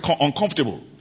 uncomfortable